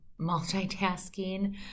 multitasking